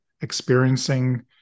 experiencing